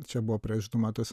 čia buvo prieš du metus